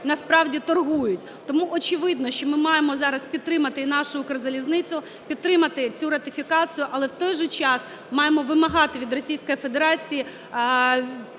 насправді, торгують. Тому, очевидно, що ми маємо зараз підтримати і нашу "Укрзалізницю", підтримати цю ратифікацію, але в той же час маємо вимагати від Російської Федерації